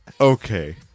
Okay